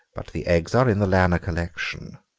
but the eggs are in the lanner collection.